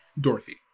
Dorothy